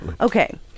Okay